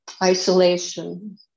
isolation